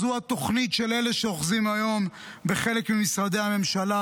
זו התוכנית של אלה שאוחזים היום בחלק ממשרדי הממשלה,